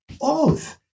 oath